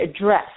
address